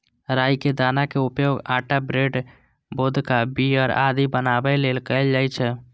राइ के दाना के उपयोग आटा, ब्रेड, वोदका, बीयर आदि बनाबै लेल कैल जाइ छै